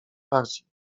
bardziej